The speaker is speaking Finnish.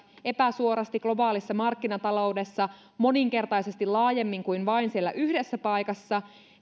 epäsuorasti globaalissa markkinataloudessa moninkertaisesti laajemmin kuin vain siellä yhdessä paikassa